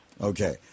Okay